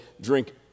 drink